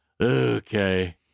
Okay